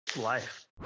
Life